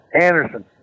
Anderson